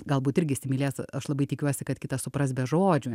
galbūt irgi įsimylėjęs aš labai tikiuosi kad kitas supras be žodžių